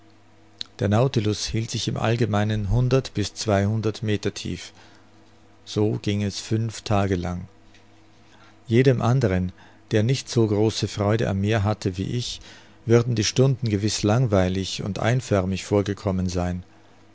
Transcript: der nautilus hielt sich im allgemeinen hundert bis zweihundert meter tief so ging es fünf tage lang jedem anderen der nicht so große freude am meer hatte wie ich würden die stunden gewiß langweilig und einförmig vorgekommen sein